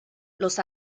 los